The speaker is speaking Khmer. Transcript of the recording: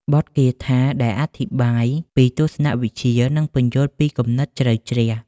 បទគាថាដែលអធិប្បាយពីទស្សនវិជ្ជា និងពន្យល់ពីគំនិតជ្រៅជ្រះ។